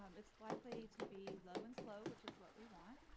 um it's likely to be low and slow, which is what we want.